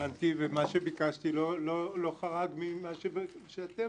הבנתי ומה שביקשתי לא חרג ממה שנאמר.